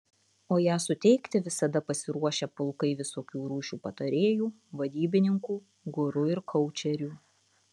o ją suteikti visada pasiruošę pulkai visokių rūšių patarėjų vadybininkų guru ir koučerių